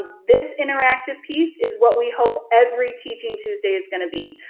this interactive piece is what we hope every teaching tuesday is gonna be.